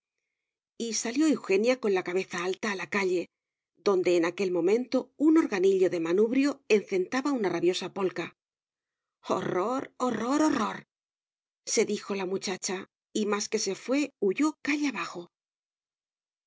y salió eugenia con la cabeza alta a la calle donde en aquel momento un organillo de manubrio encentaba una rabiosa polca horror horror horror se dijo la muchacha y más que se fué huyó calle abajo